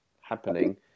happening